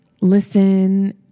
listen